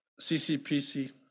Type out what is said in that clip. CCPC